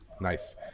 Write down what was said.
nice